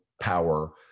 power